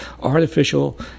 artificial